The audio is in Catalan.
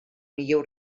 millor